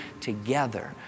together